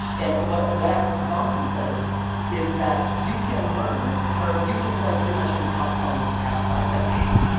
and what what axis of awesome says is that you can learn, or you can play pretty much any pop song of the past five decades,